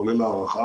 כולל הארכה